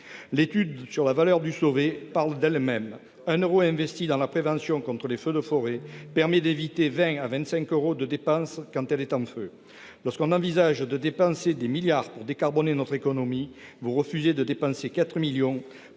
études sur la valeur du sauvé parlent d'elles-mêmes : un euro investi dans la prévention contre les feux de forêt permet d'éviter 20 à 25 euros de dépenses quand elle est en feu. Vous envisagez de dépenser des milliards pour décarboner notre économie, mais vous refusez de dépenser 4 millions